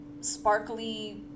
sparkly